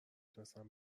نتونستم